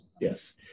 Yes